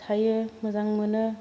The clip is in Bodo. थायो मोजां मोनो